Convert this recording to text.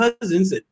cousins